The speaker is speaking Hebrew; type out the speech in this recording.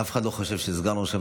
אף אחד לא חושב שסגן ראש הממשלה,